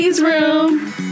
room